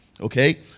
Okay